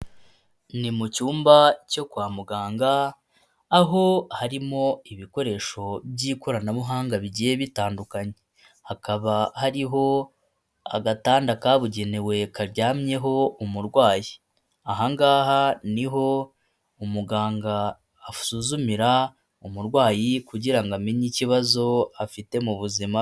Ni mu cyumba cyo kwa muganga, aho harimo ibikoresho by'ikoranabuhanga bigiye bitandukanye, hakaba hariho agatanda kabugenewe karyamyeho umurwayi, aha ngaha niho umuganga asuzumira umurwayi kugira amenye ikibazo afite mu buzima bwe.